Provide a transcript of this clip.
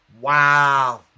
wow